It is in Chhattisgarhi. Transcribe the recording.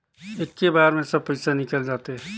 इक्की बार मे सब पइसा निकल जाते?